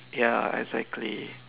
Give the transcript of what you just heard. ya exactly